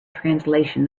translation